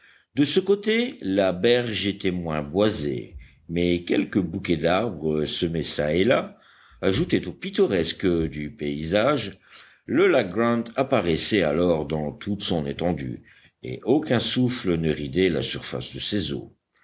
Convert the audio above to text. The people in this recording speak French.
de ce côté la berge était moins boisée mais quelques bouquets d'arbres semés çà et là ajoutaient au pittoresque du paysage le lac grant apparaissait alors dans toute son étendue et aucun souffle ne ridait la surface de ses eaux